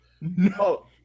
No